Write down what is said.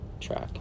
track